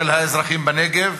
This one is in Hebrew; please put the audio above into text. של האזרחים בנגב,